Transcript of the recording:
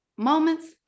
moments